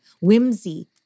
whimsy